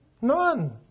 None